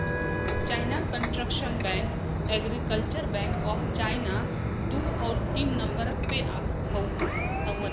China construction bank, agriculture bank of China दू आउर तीन नम्बर पे हउवन